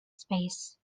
space